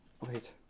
wait